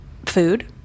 food